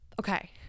Okay